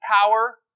power